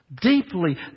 deeply